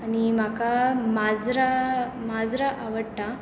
आनी म्हाका माजरां माजरां आवडटा